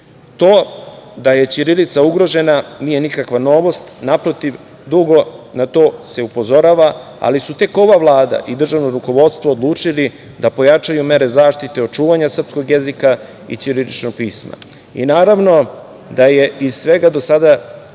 da je ćirilica ugrožena nije nikakva novost, naprotiv dugo na to se upozorava, ali je tek ova Vlada i državno rukovodstvo odlučili da pojačaju mere zaštite očuvanja srpskog jezika i ćiriličnog pisma. Naravno, da je iz svega do sada